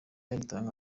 aritanga